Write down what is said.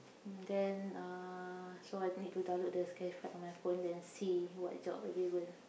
then uh so I need to download the Classified App on my phone then see what job available